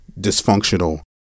dysfunctional